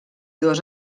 dos